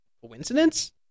Coincidence